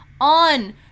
on